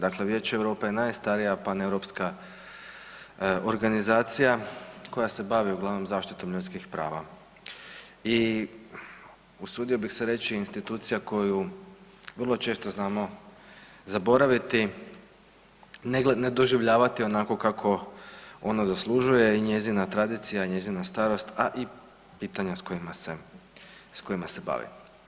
Dakle Vijeće EU je najstarija paneuropska organizacija koja se bavi uglavnom zaštitom ljudskih prava i usudio bih se reći, institucija koju vrlo često znamo zaboraviti, ne doživljavati onako kako ono zaslužuje i njezina tradicija, njezina starost, a i pitanja s kojima se bavi.